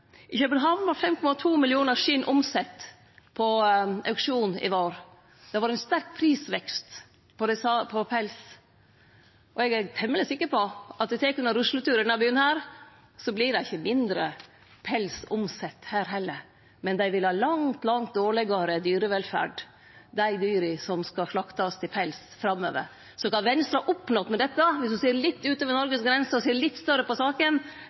I København vart 5,2 millionar skinn omsette på auksjon i vår. Det har vore ein sterk prisvekst på pels, og eg er temmeleg sikker på at om me tek ein rusletur i denne byen, vert det ikkje omsett mindre pels her heller, men dei dyra som skal slaktast til pels framover, vil ha langt dårlegare dyrevelferd. Så kva Venstre har oppnådd med dette, om ein ser litt utover Noregs grenser og ser litt større på saka,